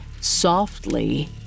softly